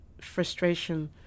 frustration